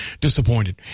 Disappointed